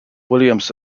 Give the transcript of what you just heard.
williams